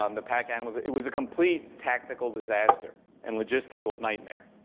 um the pack animals. it was a complete tactical disaster and logistical nightmare.